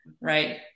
Right